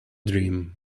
dream